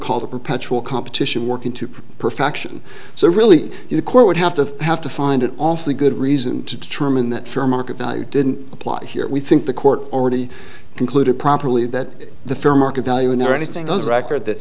called a perpetual competition working to perfection so really the court would have to have to find an awfully good reason to truman that fair market value didn't apply here we think the court already concluded properly that the fair market value in there anything goes record that